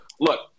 Look